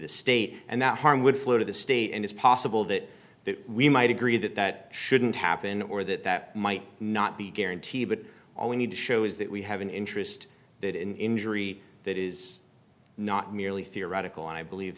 the state and that harm would flow to the state and it's possible that that we might agree that that shouldn't happen or that that might not be guaranteed but all we need to show is that we have an interest that in that is not merely theoretical and i believe